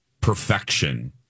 Perfection